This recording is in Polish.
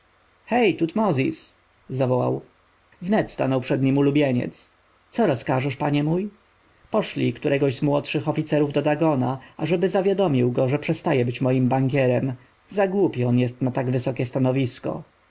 tutmozis zawołał wnet stanął przed nim ulubieniec co rozkażesz panie mój poszlij którego z młodszych oficerów do dagona ażeby zawiadomił go że przestaje być moim bankierem za głupi on jest na tak wysokie stanowisko